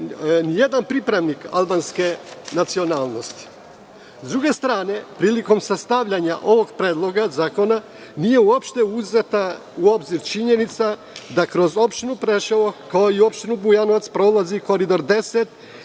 ni jedan pripravnik albanske nacionalnosti. S druge strane, prilikom sastavljanja ovog predloga zakona nije uopšte uzeta u obzir činjenica da kroz opštinu Preševo, kao i opštinu Bujanovac prolazi Koridor 10